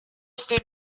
ses